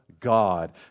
God